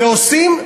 ועושים,